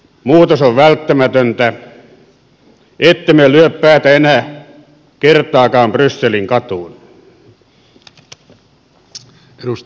muutos on välttämätöntä ettemme lyö päätä enää kertaakaan brysselin katuun